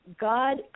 God